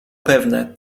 pewne